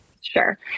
Sure